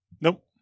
nope